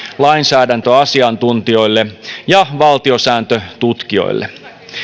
lainsäädäntöasiantuntijoille ja valtiosääntötutkijoille